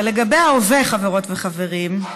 ולגבי ההווה, חברות וחברים,